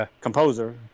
composer